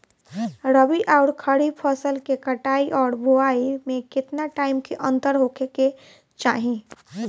रबी आउर खरीफ फसल के कटाई और बोआई मे केतना टाइम के अंतर होखे के चाही?